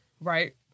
right